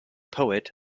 poet